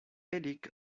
edict